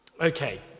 Okay